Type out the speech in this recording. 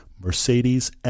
Mercedes